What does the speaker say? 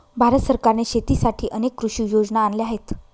भारत सरकारने शेतीसाठी अनेक कृषी योजना आणल्या आहेत